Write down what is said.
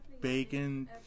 Bacon